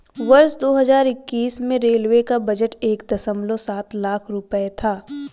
वर्ष दो हज़ार इक्कीस में रेलवे का बजट एक दशमलव सात लाख रूपये था